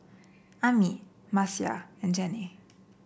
Ami Marcia and Jennie